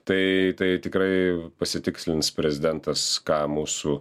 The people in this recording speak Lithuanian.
tai tai tikrai pasitikslins prezidentas ką mūsų